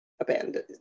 abandoned